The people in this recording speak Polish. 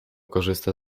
korzysta